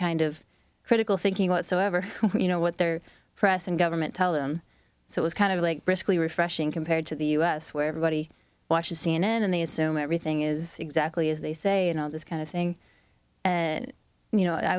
kind of critical thinking whatsoever when you know what their press and government tell them so it's kind of like briskly refreshing compared to the u s where everybody watches c n n and they assume everything is exactly as they say and all this kind of thing you know i